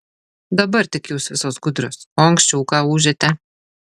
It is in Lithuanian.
dabar tik jūs visos gudrios o anksčiau ką ūžėte